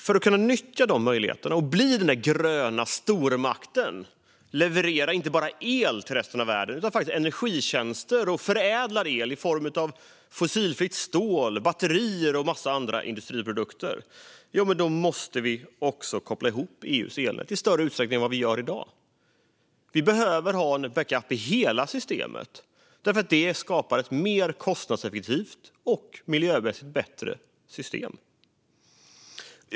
För att kunna nyttja dessa möjligheter och bli den gröna stormakten som levererar inte bara el utan också energitjänster till resten av världen och förädlar el i form av fossilfritt stål, batterier och massor av andra industriprodukter måste vi också koppla ihop EU:s elnät i större utsträckning än i dag. Vi behöver ha en backup i hela systemet därför att det skapar ett mer kostnadseffektivt och miljöbättre system.